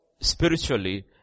spiritually